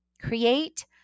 create